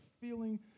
feeling